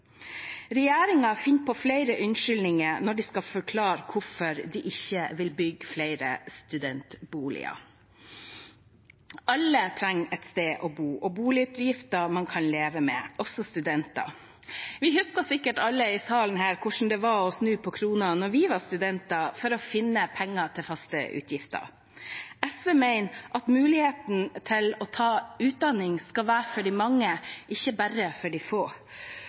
finner på flere unnskyldninger når de skal forklare hvorfor de ikke vil bygge flere studentboliger. Alle trenger et sted å bo og boutgifter man kan leve med, også studenter. Vi husker sikkert alle her i salen hvordan det var å måtte snu på krona da vi var studenter, for å finne penger til faste utgifter. SV mener at muligheten til å ta utdanning skal være for de mange, ikke bare for de få.